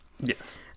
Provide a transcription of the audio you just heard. Yes